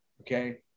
okay